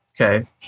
Okay